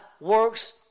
works